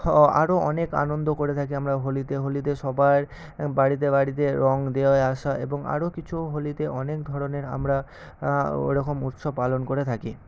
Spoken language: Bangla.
আরও অনেক আনন্দ করে থাকি আমরা হোলিতে হোলিতে সবার বাড়িতে বাড়িতে রং দিয়ে ওই আসা এবং আরও কিছু হোলিতে অনেক ধরনের আমরা ওরকম উৎসব পালন করে থাকি